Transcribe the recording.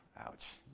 ouch